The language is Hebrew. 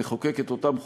נחוקק את אותם חוקים,